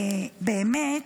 באמת,